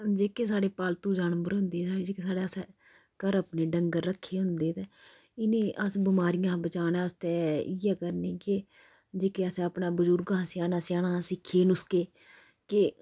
जेह्के साढ़े पालतू जानवर होंदे साढ़े जेह्के साढ़ै असें घर अपने डंगर रक्खे दे होंदे ते इनेंई अस बमारियां हा बचाने आस्तै इ'यै करने कि जेह्की असें अपना बजुर्ग स्याना स्याना सिक्खे नुस्के के